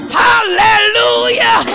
hallelujah